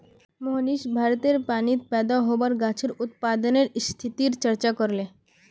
मोहनीश भारतेर पानीत पैदा होबार गाछेर उत्पादनेर स्थितिर चर्चा करले